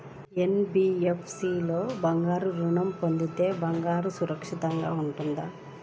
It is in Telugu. ఎన్.బీ.ఎఫ్.సి లో బంగారు ఋణం పొందితే బంగారం సురక్షితంగానే ఉంటుందా?